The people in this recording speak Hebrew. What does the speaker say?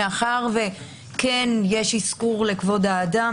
מאחר שכן יש אזכור לכבוד האדם,